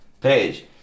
page